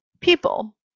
people